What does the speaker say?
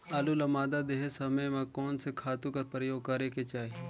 आलू ल मादा देहे समय म कोन से खातु कर प्रयोग करेके चाही?